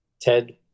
Ted